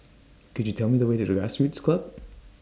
Could YOU Tell Me The Way to Grassroots Club